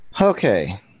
Okay